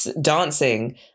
dancing